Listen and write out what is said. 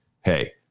Hey